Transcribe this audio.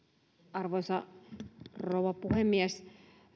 arvoisa rouva puhemies